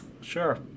Sure